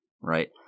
right